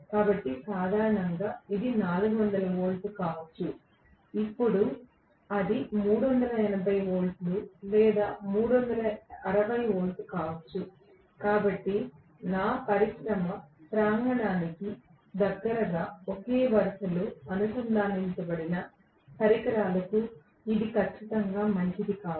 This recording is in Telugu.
కాబట్టి సాధారణంగా ఇది 400 వోల్ట్లు కావచ్చు ఇప్పుడు అది 380 వోల్ట్లు లేదా 360 వోల్ట్లు కావచ్చు కాబట్టి నా పరిశ్రమ ప్రాంగణానికి దగ్గరగా ఒకే వరుసలో అనుసంధానించబడిన పరికరాలకు ఇది ఖచ్చితంగా మంచిది కాదు